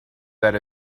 that